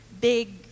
big